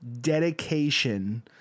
Dedication